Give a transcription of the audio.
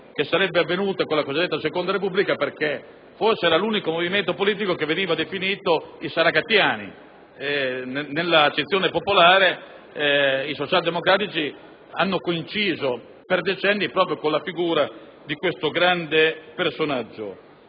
che sarebbe avvenuta con la cosiddetta seconda Repubblica, perché guidava un movimento politico che veniva definito "i saragattiani": nell'accezione popolare i socialdemocratici hanno coinciso, per decenni, proprio con la figura di questo grande personaggio.